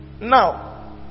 now